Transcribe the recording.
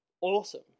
awesome